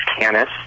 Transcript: canis